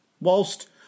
whilst